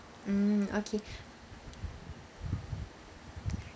mm okay